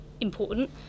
important